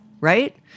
right